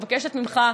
אני מבקשת ממך,